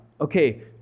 Okay